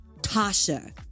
tasha